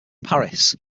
paris